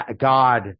God